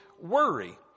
worry